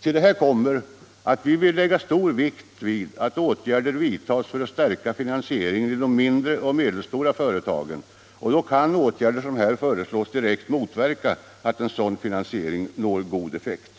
Till det kommer att vi vill lägga stor vikt vid att åtgärder vidtages för att stärka finansieringen i de mindre och medelstora företagen. De åtgärder som här föreslås kan direkt motverka att en sådan finansiering når god effekt.